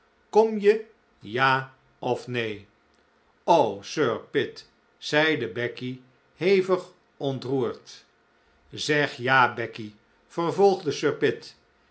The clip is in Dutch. kom je ja of neen o sir pitt zeide becky hevig ontroerd zeg ja becky vervolgde